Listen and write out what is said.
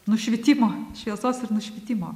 nušvitimo šviesos ir nušvitimo